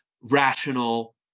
rational